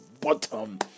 bottom